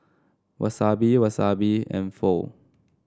Wasabi Wasabi and Pho